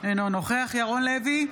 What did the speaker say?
אינו נוכח ירון לוי,